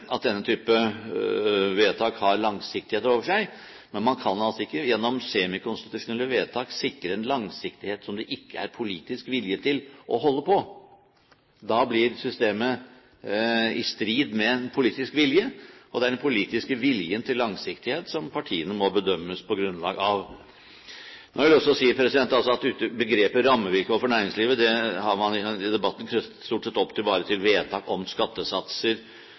at denne type vedtak har langsiktighet over seg, men man kan altså ikke gjennom semikonstitusjonelle vedtak sikre en langsiktighet som det ikke er politisk vilje til å holde på. Da blir systemet i strid med en politisk vilje, og det er den politiske viljen til langsiktighet som partiene må bedømmes på grunnlag av. Begrepet «rammevilkår for næringslivet» har man i debatten knyttet stort sett opp til vedtak om skattesatser og skatteformer, men det er noe mer enn det. Næringslivet krever også at den generelle økonomiske politikken tilpasses de til